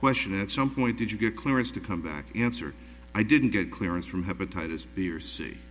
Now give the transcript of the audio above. question at some point did you get clearance to come back answer i didn't get clearance from have otitis b or c